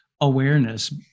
awareness